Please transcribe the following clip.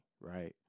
right